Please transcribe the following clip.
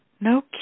No